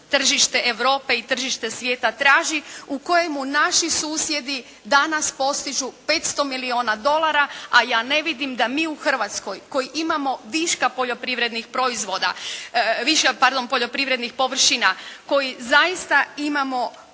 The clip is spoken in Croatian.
tržište Europe i tržište svijeta traži, u kojemu naši susjedi danas postižu 500 milijuna dolara, a ja ne vidim da mi u Hrvatskoj koji imamo viška poljoprivrednih proizvoda, viška pardon